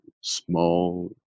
small